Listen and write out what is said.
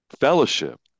Fellowship